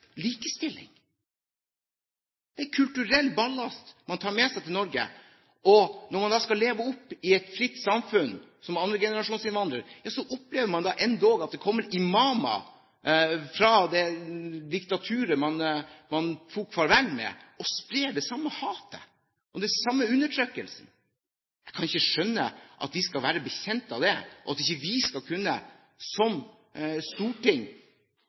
er en kulturell ballast man tar med seg til Norge. Og så opplever man i et fritt samfunn som andregenerasjonsinnvandrer at det endog kommer imamer fra det diktaturet man tok farvel med, og sprer det samme hatet og den samme undertrykkelsen. Jeg kan ikke skjønne at vi skal være bekjent av det, og at ikke vi, som storting, skal kunne